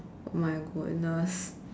oh my goodness